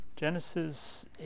Genesis